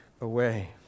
away